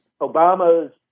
Obama's